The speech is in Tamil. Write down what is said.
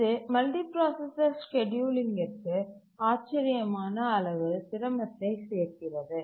இது மல்டிபிராசசர் ஸ்கேட்யூலிங்கிற்கு ஆச்சரியமான அளவு சிரமத்தை சேர்க்கிறது